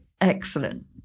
excellent